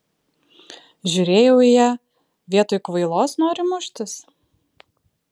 žiūrėjau į ją vietoj kvailos nori muštis